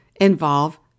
involve